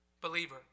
believer